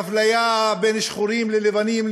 ואפליה בין שחורים ולבנים,